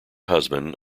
husband